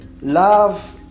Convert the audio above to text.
love